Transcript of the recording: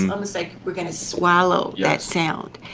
almost like we're going to swallow that sound.